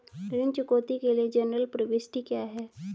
ऋण चुकौती के लिए जनरल प्रविष्टि क्या है?